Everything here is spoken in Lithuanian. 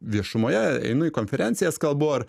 viešumoje einu į konferencijas kalbu ar